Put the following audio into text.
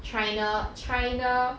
china china